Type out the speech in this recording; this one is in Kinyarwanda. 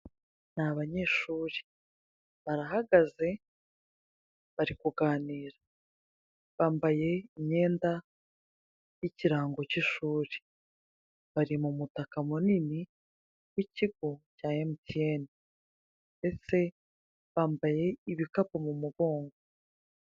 Ni abanyeshuri barahagaze bari kuganira bambaye imyenda n'ikirango cy'ishuri. Bari mumutaka munini w'ikigo cya emutiyeni ndetse bambaye n'ibikapu mumugongo.